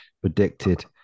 predicted